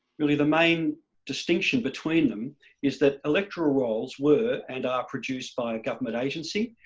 really the main distinction between them is that electoral rolls were and are produced by a government agency,